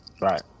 Right